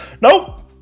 Nope